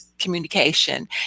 communication